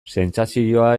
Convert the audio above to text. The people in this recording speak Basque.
sentsazioa